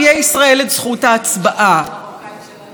גם אז יהיה אסור לבית המשפט העליון להתערב?